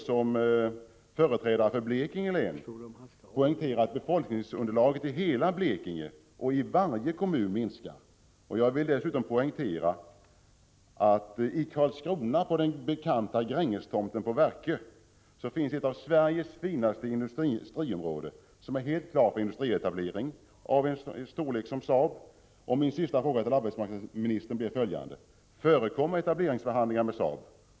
Som företrädare för Blekinge län vill jag då poängtera att befolkningsunderlaget i Blekinge län minskar både med avseende på länet som helhet och med avseende på varje enskild kommun i länet. Jag vill dessutom poängtera att i Karlskrona, på den bekanta Grängestomten på Verkö, finns ett av Sveriges finaste industriområden, som är helt klart för etablering av industri i den storlek som Saab planerar. Min sista fråga till arbetsmarknadsministern blir följande: Förekommer etableringsförhandlingar med Saab?